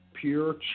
pure